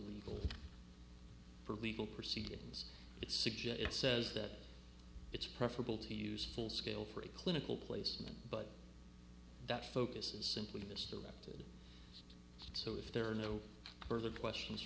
legal for legal proceedings but suggest it says that it's preferable to use full scale for a clinical placement but that focuses simply mr repton so if there are no further questions